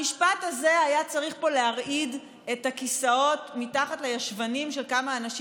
המשפט הזה היה צריך פה להרעיד את הכיסאות מתחת לישבנים של כמה אנשים.